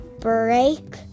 Break